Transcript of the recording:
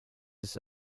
ist